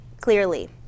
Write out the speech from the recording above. clearly